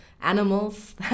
animals